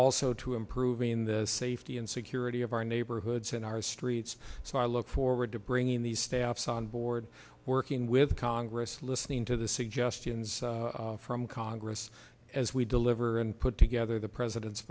also to improving the safety and security of our neighborhoods and our streets so i look forward to bringing these staffs on board working with congress listening to the suggestions from congress as we deliver and put together the president's